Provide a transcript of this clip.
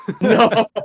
No